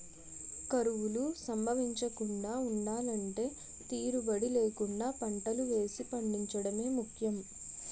కరువులు సంభవించకుండా ఉండలంటే తీరుబడీ లేకుండా పంటలు వేసి పండించడమే ముఖ్యం